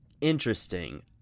interesting